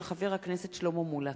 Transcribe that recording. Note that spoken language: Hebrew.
הצעתו של חבר הכנסת שלמה מולה.